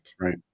Right